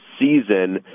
season –